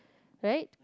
right